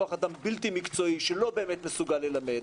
כוח אדם בלתי מקצועי שלא באמת מסוגל ללמד.